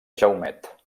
jaumet